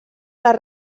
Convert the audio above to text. les